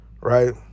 Right